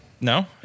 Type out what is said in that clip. No